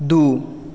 दू